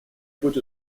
путь